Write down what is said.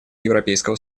европейского